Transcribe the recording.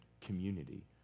community